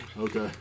Okay